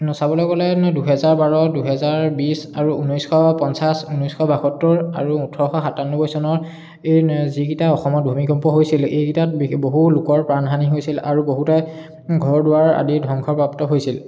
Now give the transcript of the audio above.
চাবলৈ গ'লে দুহেজাৰ বাৰ দুহেজাৰ বিশ আৰু ঊনৈছশ পঞ্চাছ ঊনৈছশ বাসত্তৰ আৰু ওঁঠৰশ সাতান্নব্বৈ চনত এই যিকেইটা অসমত ভুমিকম্প হৈছিল এইকেইটাত বহু লোকৰ প্ৰাণহানি হৈছিল আৰু বহুতে ঘৰ দুৱাৰ আদিত ধ্বংসপ্ৰাপ্ত হৈছিল